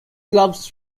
clubs